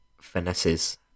finesses